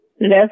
left